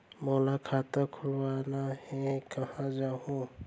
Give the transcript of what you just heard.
मोला खाता खोलवाना हे, कहाँ जाहूँ?